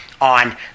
on